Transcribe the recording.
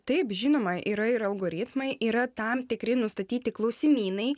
taip žinoma yra ir algoritmai yra tam tikri nustatyti klausimynai